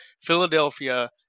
Philadelphia